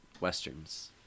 westerns